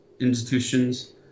institutions